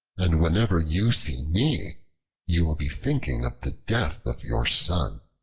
and whenever you see me you will be thinking of the death of your son.